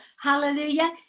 Hallelujah